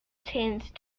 changed